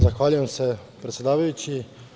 Zahvaljujem se, predsedavajući.